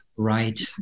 right